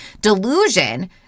delusion